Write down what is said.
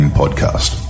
podcast